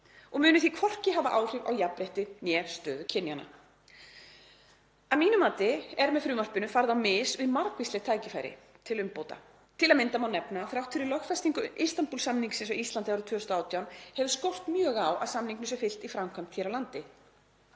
og muni því hvorki hafa áhrif á jafnrétti né stöðu kynjanna.“ Að mínu mati er með frumvarpinu farið á mis við margvísleg tækifæri til umbóta. Til að mynda má nefna að þrátt fyrir lögfestingu Istanbúl-samningsins á Íslandi árið 2018 hefur skort mjög á að samningnum sé fylgt í framkvæmd hér á landi.